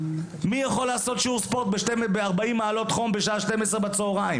מי יכול לעשות שיעור ספורט ב-40 מעלות חום בשעה 12 בצוהריים?